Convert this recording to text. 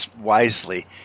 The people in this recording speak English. wisely